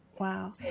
Wow